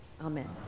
Amen